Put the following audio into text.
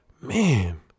man